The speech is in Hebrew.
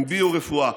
עם ביו-רפואה.